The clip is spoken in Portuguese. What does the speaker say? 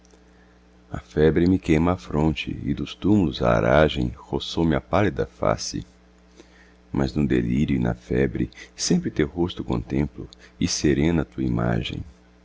a febre me queima a fronte e dos túmulos a aragem roçou me a pálida face mas no delírio e na febre sempre teu rosto contemplo e serena a tua imagem